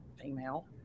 Female